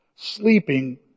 sleeping